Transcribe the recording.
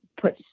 put